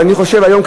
ואני חושב היום,